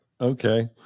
okay